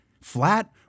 Flat